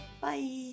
bye